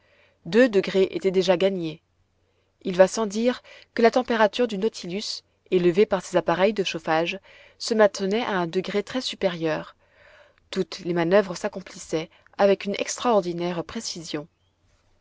deux degrés étaient déjà gagnes il va sans dire que la température du nautilus élevée par ses appareils de chauffage se maintenait à un degré très supérieur toutes les manoeuvres s'accomplissaient avec une extraordinaire précision